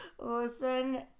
Listen